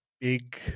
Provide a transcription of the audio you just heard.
big